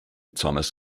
thomas